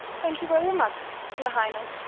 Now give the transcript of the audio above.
thank you very much, your highness,